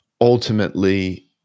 ultimately